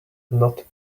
not